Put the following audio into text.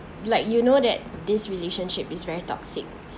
like you know that this relationship is very toxic